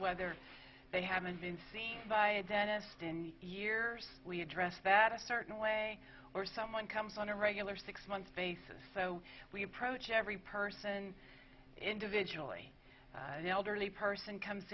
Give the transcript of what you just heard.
whether they haven't been seen by a dentist in years we address that a certain way or someone comes on a regular six month basis so we approach every person individually the elderly person comes